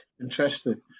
interesting